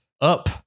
up